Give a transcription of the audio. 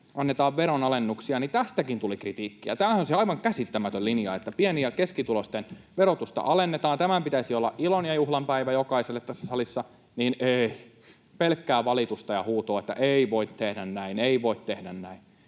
annetaan veronalennuksia, niin tästäkin tuli kritiikkiä. Tämähän on se aivan käsittämätön linja: kun pieni- ja keskituloisten verotusta alennetaan, niin tämän pitäisi olla ilon ja juhlan päivä jokaiselle tässä salissa, mutta ei, pelkkää valitusta ja huutoa, että ei voi tehdä näin, ei voi tehdä näin.